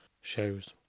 shows